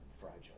Fragile